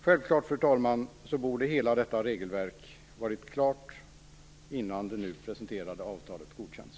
Självfallet, fru talman, borde hela detta regelverk ha varit klart innan det nu presenterade avtalet godkänns.